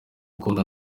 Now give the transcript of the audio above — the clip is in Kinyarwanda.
ukunda